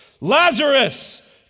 Lazarus